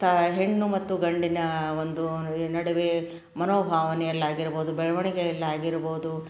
ತ ಹೆಣ್ಣು ಮತ್ತು ಗಂಡಿನ ಒಂದು ನಡುವೆ ಮನೋಭಾವನೆಯಲ್ಲಾಗಿರ್ಬೋದು ಬೆಳವಣ್ಗೆಯಲ್ಲಾಗಿರ್ಬೋದು